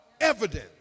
Evident